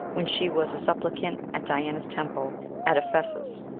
when she was a supplicant at diana's temple at ephesus